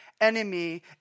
enemy